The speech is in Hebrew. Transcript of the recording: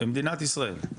במדינת ישראל,